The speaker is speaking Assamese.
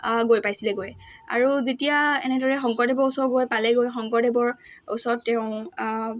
গৈ পাইছিলেগৈ আৰু যেতিয়া এনেদৰে শংকৰদেৱৰ ওচৰৰ গৈ পালেগৈ শংকৰদেৱৰ ওচৰত তেওঁ